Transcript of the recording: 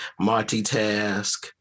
multitask